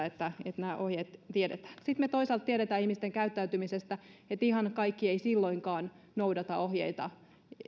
että nämä ohjeet tiedetään sitten me toisaalta tiedämme ihmisten käyttäytymisestä että ihan kaikki eivät silloinkaan noudata ohjeita